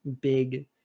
big